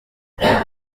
muryango